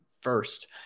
first